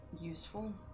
useful